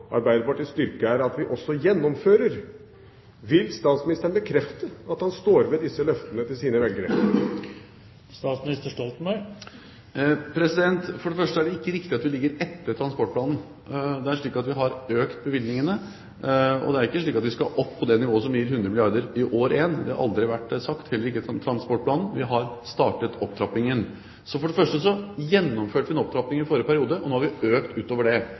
Arbeiderpartiets styrke er at vi også gjennomfører.» Vil statsministeren bekrefte at han står ved disse løftene til sine velgere? For det første er det ikke riktig at vi ligger etter når det gjelder Nasjonal transportplan. Vi har økt bevilgningene. Det er ikke slik at vi skal opp på et nivå som gir 100 milliarder kr i år én. Det har vi aldri sagt, heller ikke i transportplanen, men vi har startet opptrappingen. For det første gjennomførte vi en opptrapping i forrige periode. Nå har vi økt bevilgningene utover det,